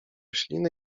ślinę